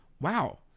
wow